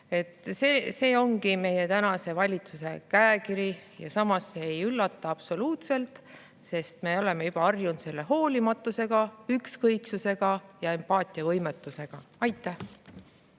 See ongi meie tänase valitsuse käekiri. Ja samas ei üllata see absoluutselt, sest me oleme juba harjunud selle hoolimatuse, ükskõiksuse ja empaatiavõimetusega. Aitäh!